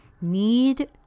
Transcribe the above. need